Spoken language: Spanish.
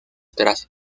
tras